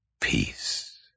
peace